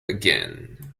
again